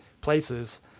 places